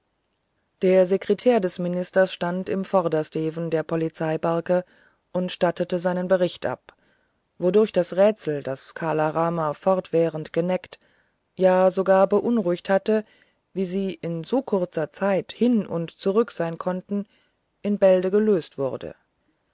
der sekretär des ministers stand im vordersteven der polizeibarke und stattete seinen bericht ab wodurch das rätsel das kala rama fortwährend geneckt ja sogar beunruhigt hatte wie sie in so kurzer zeit hin und zurück sein konnten in bälde gelöst wurde